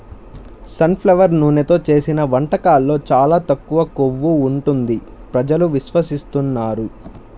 sun flower నూనెతో చేసిన వంటకాల్లో చాలా తక్కువ కొవ్వు ఉంటుంది ప్రజలు విశ్వసిస్తున్నారు